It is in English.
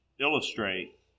illustrate